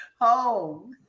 home